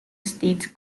state